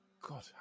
god